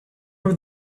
were